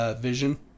vision